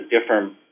different